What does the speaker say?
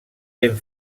ben